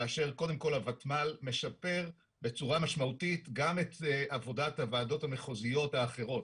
כאשר הוותמ"ל משפר בצורה משמעותית גם את עבודת הוועדות המחוזיות האחרות,